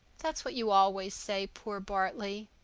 that's what you always say, poor bartley!